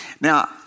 Now